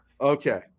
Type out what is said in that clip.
Okay